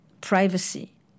privacy